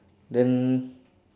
then